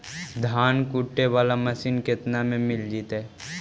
धान कुटे बाला मशीन केतना में मिल जइतै?